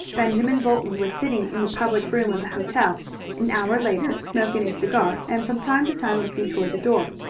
benjamin bolton was sitting in the public-room of the hotel an hour later, smoking a cigar, and from time to time looking toward the door.